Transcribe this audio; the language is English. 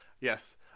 Yes